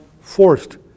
forced